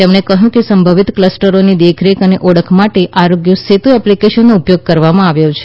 તેમણે કહ્યું સંભવિત ક્લસ્ટરોની દેખરેખ અને ઓળખ માટે આરોગ્ય સેતુ એપ્લિકેશનનો ઉપયોગ કરવામાં આવ્યો છે